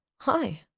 Hi